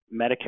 Medicare